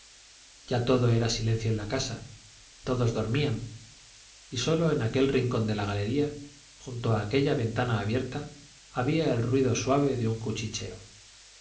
ya todo era silencio en la casa todos dormían y sólo en aquel rincón de la galería junto a aquella ventana abierta había el ruido suave de un cuchicheo